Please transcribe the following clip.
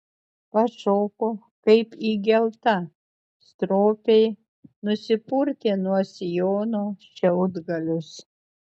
pašoko kaip įgelta stropiai nusipurtė nuo sijono šiaudgalius